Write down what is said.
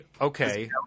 Okay